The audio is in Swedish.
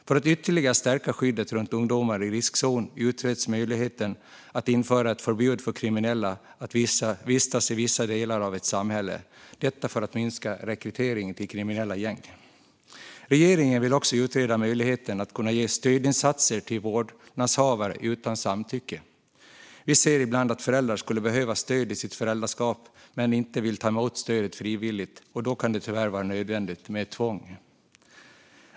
För att ytterligare stärka skyddet runt ungdomar i riskzonen utreds möjligheten att införa ett förbud för kriminella att vistas i vissa delar av ett samhälle för att minska rekryteringen till kriminella gäng. Regeringen vill också utreda möjligheten att ge stödinsatser till vårdnadshavare utan samtycke. Vi ser ibland att föräldrar skulle behöva stöd i sitt föräldraskap men inte vill ta emot stödet frivilligt, och då kan det tyvärr vara nödvändigt med tvång.